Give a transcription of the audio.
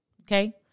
Okay